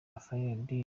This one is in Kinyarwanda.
rhodri